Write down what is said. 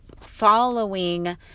following